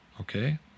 okay